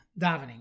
davening